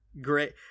Great